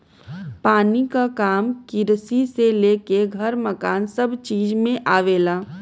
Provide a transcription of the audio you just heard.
पानी क काम किरसी से लेके घर मकान सभ चीज में आवेला